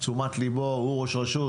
לתשומת ליבו, הוא ראש רשות.